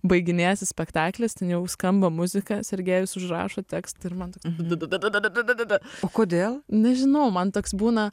baiginėjasi spektaklis ten jau skamba muzika sergejus užrašo tekstą ir man toks da da da da da da da da da kodėl nežinau man toks būna